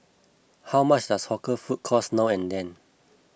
how much does hawker food cost now and then